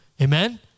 Amen